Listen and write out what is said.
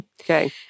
okay